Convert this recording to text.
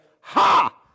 ha